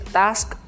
task